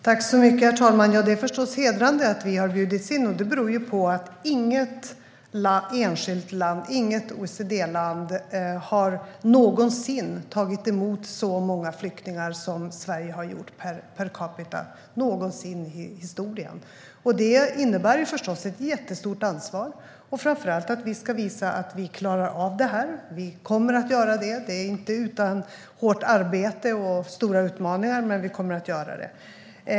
Herr talman! Det är förstås hedrande att vi har bjudits in. Det beror på att inget enskilt OECD-land någonsin i historien har tagit emot så många flyktingar som Sverige har gjort per capita. Det innebär ett jättestort ansvar och framför allt att vi ska visa att vi klarar av det. Det är inte utan hårt arbete och stora utmaningar, men vi kommer att göra det.